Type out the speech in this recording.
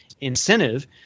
incentive